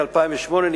2008,